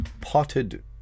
Potted